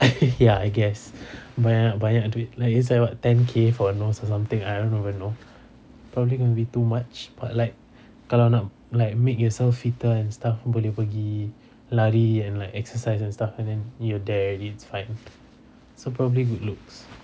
ya I guess banyak banyak duit at least about ten K for a nose or something I don't even know probably will be too much but like kalau nak like make yourself fitter and stuff boleh pergi lari and like exercise and stuff and then you're there it's fine so probably good looks